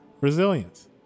resilience